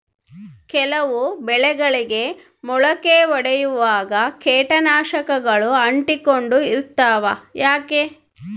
ಕೆಲವು ಬೆಳೆಗಳಿಗೆ ಮೊಳಕೆ ಒಡಿಯುವಾಗ ಕೇಟನಾಶಕಗಳು ಅಂಟಿಕೊಂಡು ಇರ್ತವ ಯಾಕೆ?